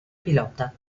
pilota